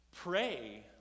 Pray